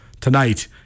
tonight